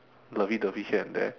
lovey dovey here and there